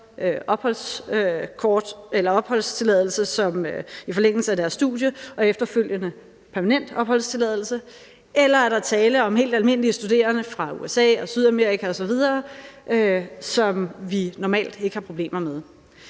eller er der tale om helt almindelige studerende fra USA og Sydamerika osv., som vi normalt ikke har problemer med?